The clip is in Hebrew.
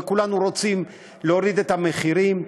וכולנו רוצים להוריד את המחירים,